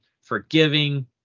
forgiving